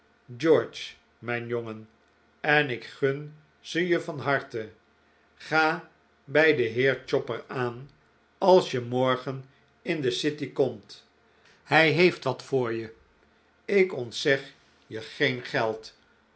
george mijn jongen en ik gun ze je van harte ga bij den heer chopper aan als je morgen in de city komt hij heeft wat voor je ik ontzeg je geen geld